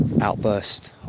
outburst